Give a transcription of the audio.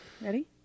Ready